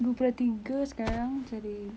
dua puluh tiga sekarang jadi